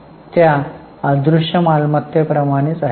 हे त्या दृश्यमालमत्तेप्रमाणेच आहे